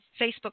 Facebook